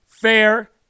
fair